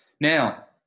Now